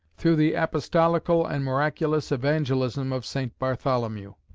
through the apostolical and miraculous evangelism of saint bartholomew.